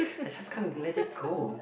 I just can't let it go